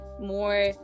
more